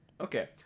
okay